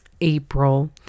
April